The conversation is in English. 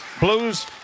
Blues